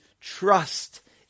trust